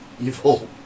evil